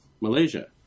Malaysia